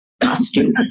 costume